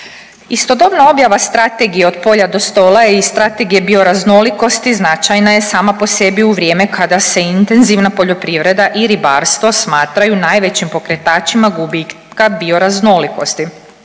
Istodobno objava Strategije od polja do stola i Strategije bioraznolikosti značajna je sama po sebi u vrijeme kada se intenzivna poljoprivreda i ribarstvo smatraju najvećim pokretačima gubitka bioraznolikosti.